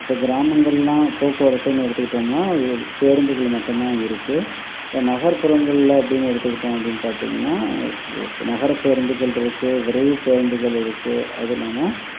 இப்போ கிராமங்களெலாம் போக்குவரத்துனு எடுத்துகிட்டோம்னால் ஒரு பேருந்துகள் மட்டும்தான் இருக்குது இப்போ நகர்ப்புறங்களில் அப்படினு எடுத்துகிட்டோம் அப்படினு பார்த்தீங்கன்னா இப்போது நகர பேருந்துகளிருக்கு விரைவு பேருந்துகள் இருக்குது அது இல்லாமல்